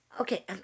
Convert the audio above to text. Okay